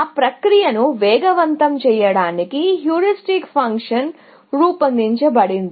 ఆ ప్రక్రియను వేగవంతం చేయడానికి హ్యూరిస్టిక్ ఫంక్షన్ రూపొందించబడింది